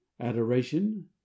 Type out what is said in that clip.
adoration